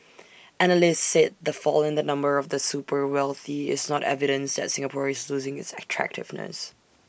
analysts said the fall in the number of the super wealthy is not evidence that Singapore is losing its attractiveness